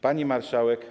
Pani Marszałek!